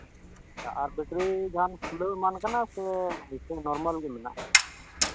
ᱟᱨ battery ᱡᱟᱦᱟᱱ ᱯᱷᱩᱞᱟᱹᱣ ᱮᱢᱟᱱ ᱠᱟᱱᱟ ᱥᱮ ᱱᱚᱨᱢᱟᱞ ᱜᱮ ᱢᱮᱱᱟᱜᱼᱟ